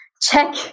check